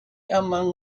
among